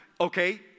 Okay